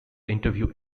interview